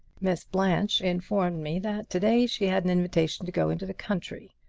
miss blanche informed me that to-day she had an invitation to go into the country.